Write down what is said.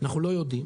אנחנו לא יודעים.